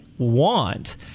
want